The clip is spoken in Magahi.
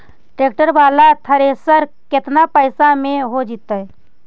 ट्रैक्टर बाला थरेसर केतना पैसा में हो जैतै?